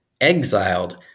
exiled